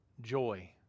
joy